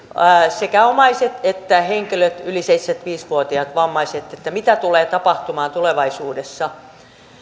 sekä omaiset että yli seitsemänkymmentäviisi vuotiaat vammaiset henkilöt siitä mitä tulee tapahtumaan tulevaisuudessa